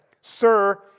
Sir